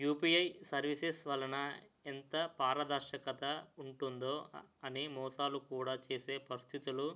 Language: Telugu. యూపీఐ సర్వీసెస్ వలన ఎంత పారదర్శకత ఉంటుందో అని మోసాలు కూడా చేసే పరిస్థితిలు